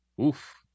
Oof